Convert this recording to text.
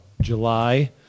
July